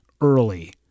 early